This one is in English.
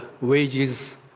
wages